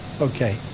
Okay